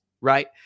right